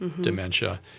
dementia